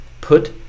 put